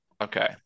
okay